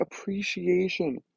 appreciation